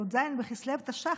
י"ז בכסלו תש"ח,